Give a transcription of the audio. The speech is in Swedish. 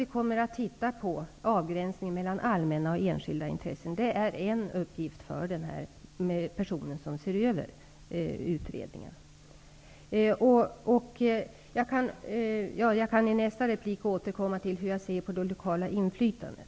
Vi kommer att titta på avgränsningen mellan allmänna och enskilda intressen -- det är en uppgift för utredaren. Jag kan i nästa inlägg återkomma till hur jag ser på det lokala inflytandet.